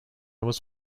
was